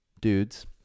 dudes